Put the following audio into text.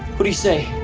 what do you say?